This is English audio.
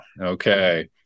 Okay